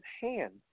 hand